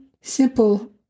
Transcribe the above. simple